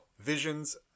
Visions